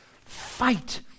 Fight